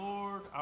Lord